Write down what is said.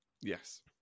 Yes